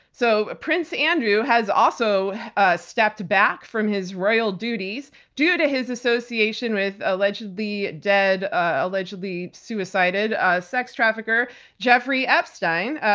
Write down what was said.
so prince andrew has also stepped back from his royal duties due to his association with allegedly dead, ah allegedly suicided sex trafficker jeffrey epstein,